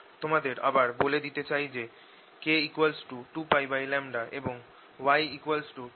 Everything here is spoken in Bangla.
তোমাদের আবার বলে দিতে চাই যে k 2π এবং ω 2π